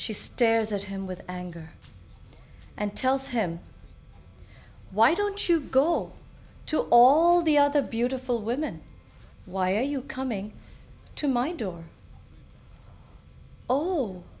she stares at him with anger and tells him why don't you go to all the other beautiful women why are you coming to my door